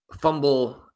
fumble